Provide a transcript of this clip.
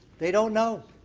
they don't know.